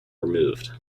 removed